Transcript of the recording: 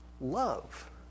Love